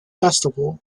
festival